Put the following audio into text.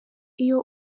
iyo